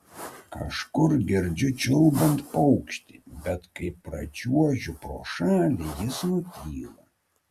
kažkur girdžiu čiulbant paukštį bet kai pračiuožiu pro šalį jis nutyla